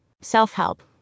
Self-help